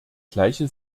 gleiche